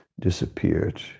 disappeared